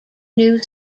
new